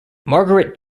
margaret